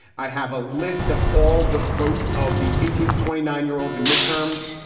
i have a list of all the vote of the eighteen to twenty nine year olds in midterms.